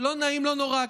לא נעים, לא נורא.